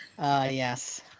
yes